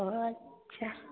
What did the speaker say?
अच्छा